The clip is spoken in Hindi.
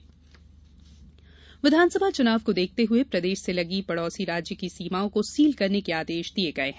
सीमा सील विधानसभा चुनाव को देखते हुए प्रदेश से लगी पड़ोसी राज्य की सीमाओं को सील करने के आदेश दिये गये है